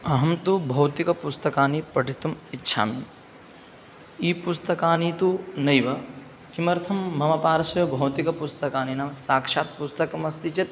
अहं तु भौतिकपुस्तकानि पठितुम् इच्छामि ईपुस्तकानि तु नैव किमर्थं मम पार्श्वे भौतिकपुस्तकानि नाम साक्षात् पुस्तकम् अस्ति चेत्